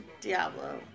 Diablo